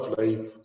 life